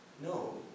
No